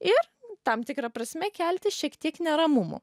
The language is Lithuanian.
ir tam tikra prasme kelti šiek tiek neramumų